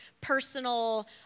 personal